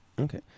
Okay